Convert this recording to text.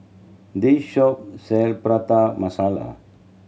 this shop sell Prata Masala